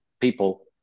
people